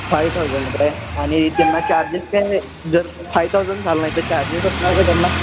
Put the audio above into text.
five thousand काय आणि ज्यांना चार्जेस काय जर फाय थाऊजंड झालं ना तर चार्जेस असणार का त्यांना